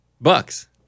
Bucks